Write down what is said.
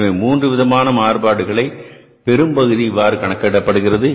எனவே மூன்று விதமான மாறுபாடுகளை பெரும்பகுதி இவ்வாறு கணக்கிடப்படுகிறது